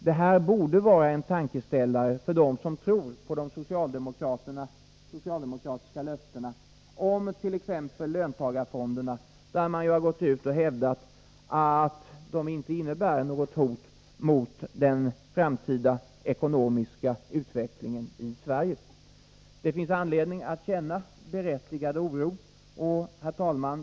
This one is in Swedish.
Det borde vara en tankeställare för dem som tror på de socialdemokratiska löftena, t.ex. om löntagarfonderna — man har där hävdat att de inte innebär något hot mot den framtida ekonomiska utvecklingen i Sverige. Det finns all anledning att känna oro på den punkten. Herr talman!